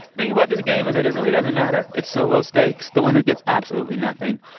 thing about this game is that it really doesn't matter. it's so low stakes. the winner gets absolutely nothing.